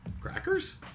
Crackers